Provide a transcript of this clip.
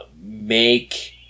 make